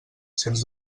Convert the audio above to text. sens